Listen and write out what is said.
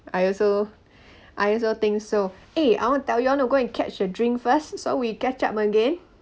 I also I also think so eh I wanna tell you I want to go and catch a drink first so we catch up again